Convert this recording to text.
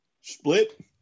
split